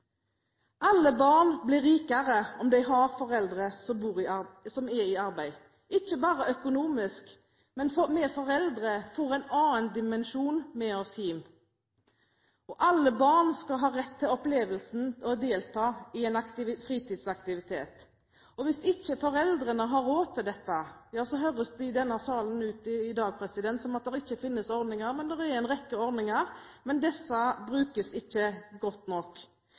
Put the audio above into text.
Alle barn blir rikere om de har foreldre som er i arbeid – ikke bare økonomisk, men vi foreldre får en annen dimensjon med oss hjem. Alle barn skal ha rett til opplevelsen av å delta i en fritidsaktivitet. Hvis ikke foreldrene har råd til dette, høres det i denne salen i dag ut som om det ikke finnes ordninger. Det er en rekke ordninger, men disse brukes ikke godt nok.